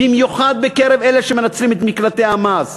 במיוחד בקרב אלה שמנצלים את מקלטי המס.